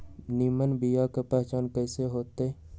निमन बीया के पहचान कईसे होतई?